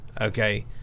Okay